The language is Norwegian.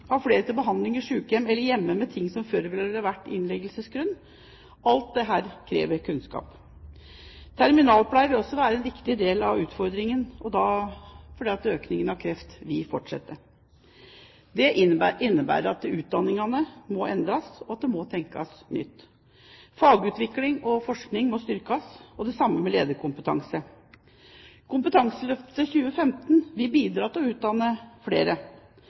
flere til behandling i sykehjem eller hjemme, der det før var innleggelsesgrunn – alt dette krever kunnskap. Terminalpleie vil også være en viktig del av utfordringen fordi økningen av forekomsten av kreft vil fortsette. Det innebærer at utdanningene må endres, og det må tenkes nytt. Fagutvikling og forskning må styrkes, og det samme med lederkompetanse. Kompetanseløftet 2015 vil bidra til å utdanne flere,